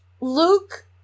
Luke